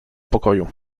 pokoju